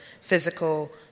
physical